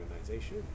organization